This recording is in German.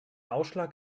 ausschlag